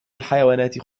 الحيوانات